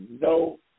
no